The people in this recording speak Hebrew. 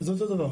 זה אותו דבר.